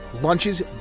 Lunches